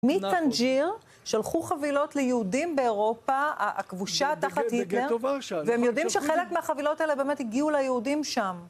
מטנג'יר שלחו חבילות ליהודים באירופה הכבושה תחת היטלר, לגטו, לגטו ורשה, והם יודעים שחלק מהחבילות האלה באמת הגיעו ליהודים שם